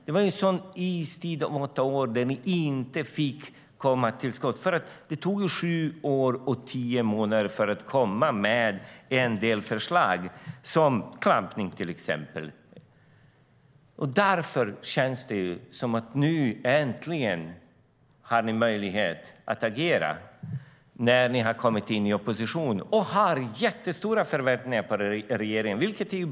Det var en istid på åtta år då ni inte kom till skott. Det tog sju år och tio månader att komma med förslag, till exempel om klampning. Nu när ni är i opposition verkar det som att ni äntligen har möjlighet att agera. Ni har jättestora förväntningar på regeringen, vilket är bra.